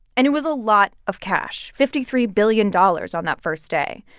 and it was a lot of cash fifty three billion dollars on that first day.